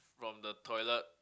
from the toilet